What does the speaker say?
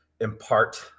impart